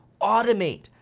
automate